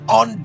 on